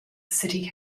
city